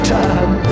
time